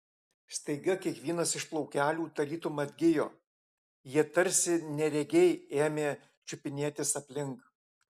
staiga kiekvienas iš plaukelių tarytum atgijo jie tarsi neregiai ėmė čiupinėtis aplink